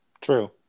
True